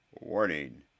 warning